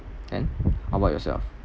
and how about yourself